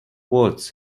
words